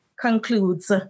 concludes